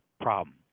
problem